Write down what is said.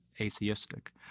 atheistic